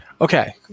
Okay